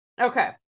Okay